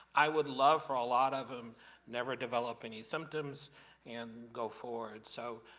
i would love for a lot of them never develop any symptoms and go forward. so,